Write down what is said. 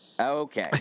Okay